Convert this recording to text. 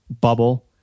bubble